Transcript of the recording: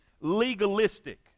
legalistic